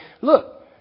Look